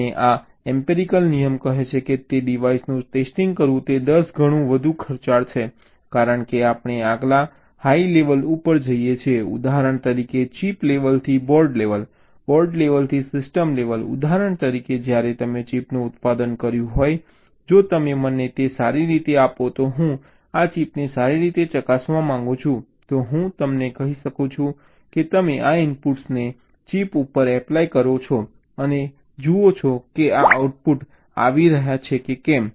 અને આ એમ્પિરિકલ નિયમ કહે છે કે ડિવાઇસનું ટેસ્ટિંગ કરવું તે 10 ગણું વધુ ખર્ચાળ છે કારણ કે આપણે આગલા હાઈ લેવલ ઉપર જઈએ છીએ ઉદાહરણ તરીકે ચિપ લેવલથી બોર્ડ લેવલ બોર્ડ લેવલથી સિસ્ટમ લેવલ ઉદાહરણ તરીકે જ્યારે તમે ચિપનું ઉત્પાદન કર્યું હોય જો તમે મને તે સારી રીતે આપો તો હું આ ચિપને સારી રીતે ચકાસવા માંગુ છું તો હું તમને કહી શકું છું કે તમે આ ઇનપુટ્સને ચિપ ઉપર એપ્લાય કરો અને જુઓ કે આ આઉટપુટ આવી રહ્યા છે કે કેમ